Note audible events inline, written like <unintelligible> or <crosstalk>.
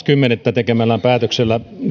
<unintelligible> kymmenettä tekemällään päätöksellä